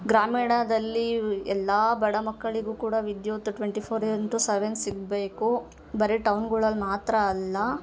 ಗ್ರಾಮೀಣದಲ್ಲಿ ಎಲ್ಲ ಬಡ ಮಕ್ಕಳಿಗೂ ಕೂಡ ವಿದ್ಯುತ್ ಟ್ವೆಂಟಿ ಫೋರ್ ಇಂಟು ಸೆವೆನ್ ಸಿಗಬೇಕು ಬರೀ ಟೌನ್ಗಳಲ್ಲಿ ಮಾತ್ರ ಅಲ್ಲ